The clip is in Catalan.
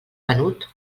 venut